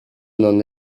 non